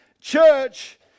church